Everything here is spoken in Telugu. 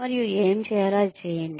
మరియు ఏమి చేయాలో అది చేయండి